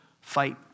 fight